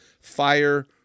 fire